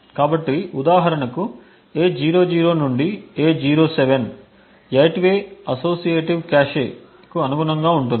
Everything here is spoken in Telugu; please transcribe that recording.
కాబట్టి ఉదాహరణకు A00 నుండి A07 8 వే అసోసియేటివ్ కాష్కు అనుగుణంగా ఉంటుంది